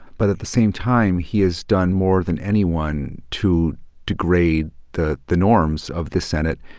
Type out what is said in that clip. but at the same time, he has done more than anyone to degrade the the norms of the senate.